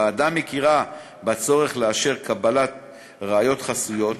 הוועדה הכירה בצורך לאפשר קבלת ראיות חסויות,